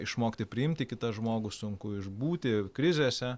išmokti priimti kitą žmogų sunku išbūti krizėse